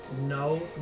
No